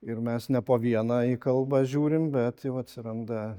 ir mes ne po vieną į kalbą žiūrim bet jau atsiranda